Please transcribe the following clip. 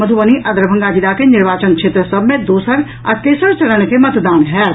मधुबनी आ दरभंगा जिला के निर्वाचन क्षेत्र सभ मे दोसर आ तेसर चरण के मतदान होयत